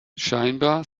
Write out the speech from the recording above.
scheinbar